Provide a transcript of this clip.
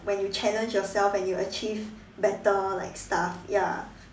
when you challenge yourself and you achieve better like stuff ya